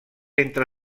entre